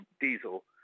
diesel